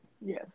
yes